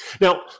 Now